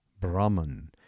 Brahman